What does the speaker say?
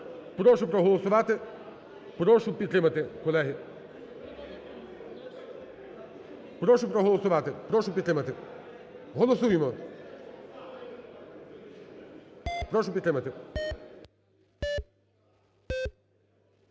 Прошу проголосувати, прошу підтримати, колеги. Прошу проголосувати, прошу підтримати, голосуємо. Прошу підтримати.